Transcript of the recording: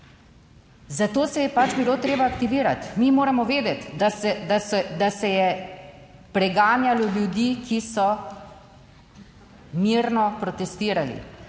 zato se je pač bilo treba aktivirati. Mi moramo vedeti, da se je preganjalo ljudi, ki so mirno protestirali,